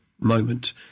moment